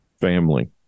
family